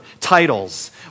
titles